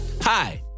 Hi